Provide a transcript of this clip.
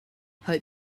hope